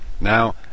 Now